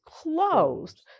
closed